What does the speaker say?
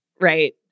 right